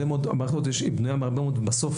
בסוף,